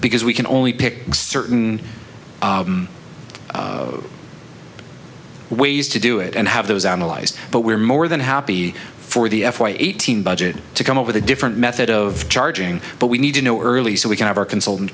because we can only pick certain ways to do it and have those analyzed but we're more than happy for the f one eighteen budget to come up with a different method of charging but we need to know early so we can have our consultant